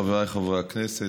חבריי חברי הכנסת,